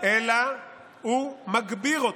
לפחות תאמר אמת.